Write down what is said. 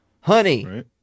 honey